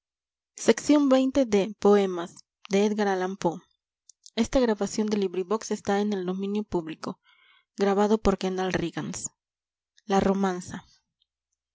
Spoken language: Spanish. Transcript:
en el libro o